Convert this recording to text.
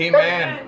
Amen